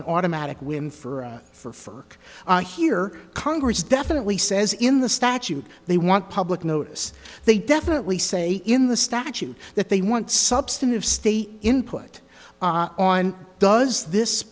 an automatic win for for for here congress definitely says in the statute they want public notice they definitely say in the statute that they want substantive state input on does this